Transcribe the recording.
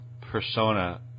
persona